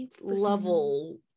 level